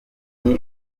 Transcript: twose